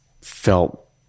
felt